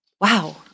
wow